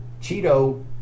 Cheeto